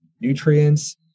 nutrients